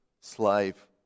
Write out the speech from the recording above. slave